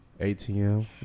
ATM